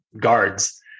guards